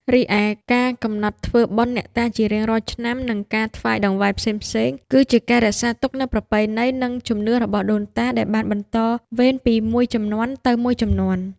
រីឯការកំណត់ធ្វើបុណ្យអ្នកតាជារៀងរាល់ឆ្នាំ និងការថ្វាយតង្វាយផ្សេងៗ គឺជាការរក្សាទុកនូវប្រពៃណី និងជំនឿរបស់ដូនតា ដែលបានបន្តវេនពីមួយជំនាន់ទៅមួយជំនាន់។